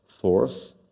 Force